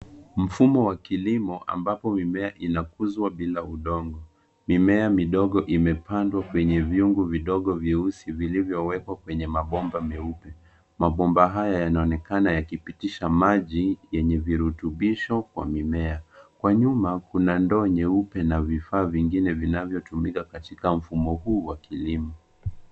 Mfumo wa kilimo, ambapo mimea hukuzwa bila udongo. Mimea midogo imepandwa kwenye vyungu vidogo vyeusi vilivyowekwa kwenye mabomba meupe. Mabomba haya yanaonekana yakipitisha maji , yenye virutubisho kwa mimea. Kwa nyuma kuna ndoo nyeupe na vifaa vingine vinavyotumika katika mfumo huu wa kilimo.